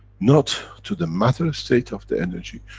not to the matter-state of the energy,